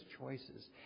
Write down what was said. choices